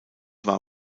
war